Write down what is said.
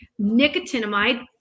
nicotinamide